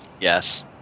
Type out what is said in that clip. Yes